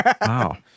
Wow